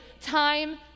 time